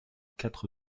quatre